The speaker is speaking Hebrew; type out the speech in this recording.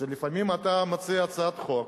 לפעמים אתה מציע הצעת חוק